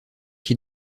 qui